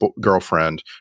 girlfriend